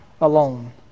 alone